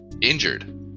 injured